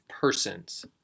persons